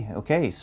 okay